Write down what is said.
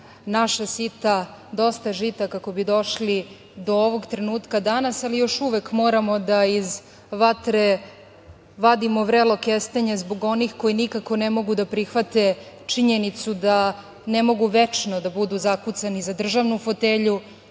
naša sita dosta žita kako bi došli do ovog trenutka danas, ali još uvek moramo da iz vatre vadimo vrelo kestenje zbog onih koji nikako ne mogu da prihvate činjenicu da ne mogu večno da budu zakucani za državnu fotelju